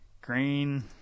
Green